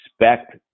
expect